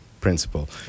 principle